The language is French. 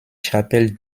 chapelle